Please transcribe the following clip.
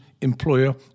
employer